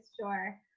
sure